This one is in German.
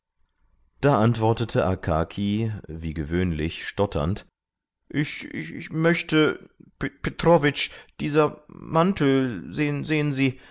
da antwortete akaki wie gewöhnlich stotternd ich möchte petrowitsch dieser mantel sehen sie